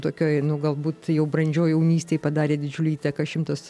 tokioj nu galbūt jau brandžioj jaunystėj padarė didžiulę įtaką šimtas